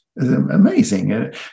Amazing